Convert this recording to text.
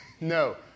No